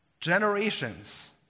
Generations